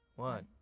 One